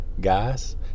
Guys